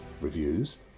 reviews